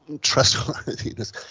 trustworthiness